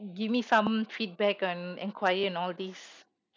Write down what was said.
give me some feedback on enquiry and all this